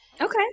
Okay